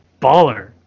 baller